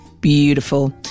beautiful